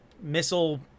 missile